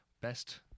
best